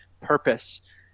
Purpose